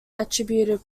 attributed